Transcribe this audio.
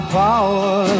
power